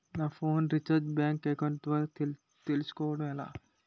నా phone recharge bank account ద్వారా చేసుకోవటం ఎలా?